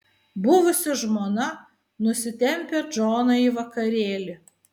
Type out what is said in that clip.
buvusi žmona nusitempia džoną į vakarėlį